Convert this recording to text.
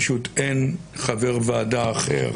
פשוט אין חבר ועדה אחר